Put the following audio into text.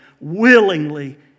willingly